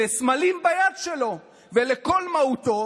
לסמלים ביד שלו, ולכל מהותו?